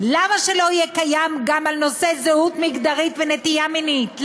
למה שלא יהיה קיים גם על נושא זהות מגדרית ונטייה מינית?